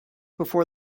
before